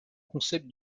concept